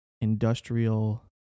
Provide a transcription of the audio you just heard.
industrial